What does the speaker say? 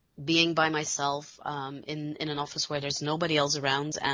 being by myself in in an office where thereis nobody else around.